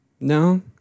No